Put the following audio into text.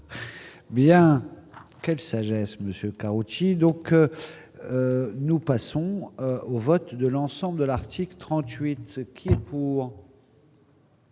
bien quelle sagesse monsieur Karoutchi donc nous passons au vote de l'ensemble de l'article 38 ce qui est pour.